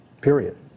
period